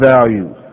values